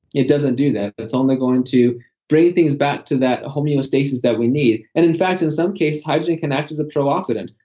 it doesn't do that. it's only going to bring things back to that homeostasis that we need. and in fact, in some cases, hydrogen can act as a prooxidant.